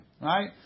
Right